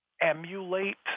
emulate